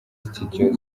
studio